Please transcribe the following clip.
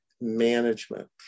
management